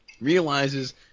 realizes